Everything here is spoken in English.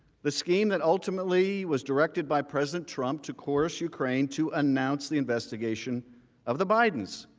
the scheme that ultimately was directed by president trump, to course ukraine to announce the investigation of the bidens.